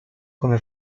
come